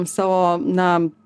savo na